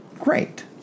great